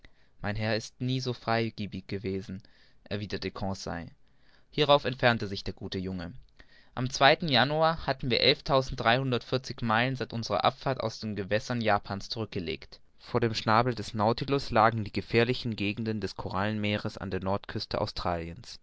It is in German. mein herr ist nie so freigebig gewesen erwiderte conseil hierauf entfernte sich der gute junge am januar hatten wir elftausenddreihundertundvierzig meilen seit unserer abfahrt aus den gewässern japans zurückgelegt vor dem schnabel des nautilus lagen die gefährlichen gegenden des korallenmeeres an der nordostküste australiens